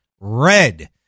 red